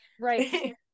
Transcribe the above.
right